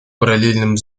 параллельным